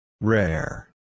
Rare